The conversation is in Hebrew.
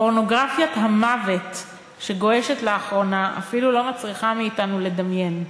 פורנוגרפיית המוות שגועשת לאחרונה אפילו לא מצריכה אותנו לדמיין.